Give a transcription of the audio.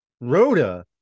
Rhoda